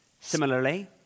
Similarly